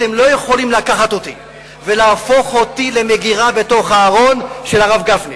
אתם לא יכולים לקחת אותי ולהפוך אותי למגירה בתוך הארון של הרב גפני.